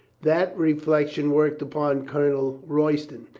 that reflection worked upon colonel royston.